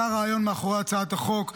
זה הרעיון מאחורי הצעת החוק.